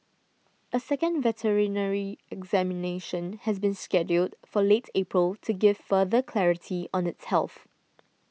a second veterinary examination has been scheduled for late April to give further clarity on its health